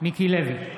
מיקי לוי,